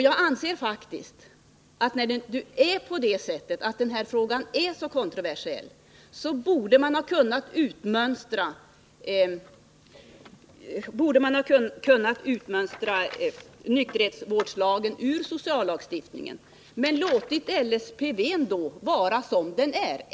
Jag anser faktiskt att när den här frågan nu är så kontroversiell borde man ha kunnat utmönstra nykterhetsvårdslagen ur sociallagstiftningen och låtit LSPV vara som den är.